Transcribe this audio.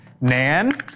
Nan